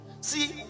See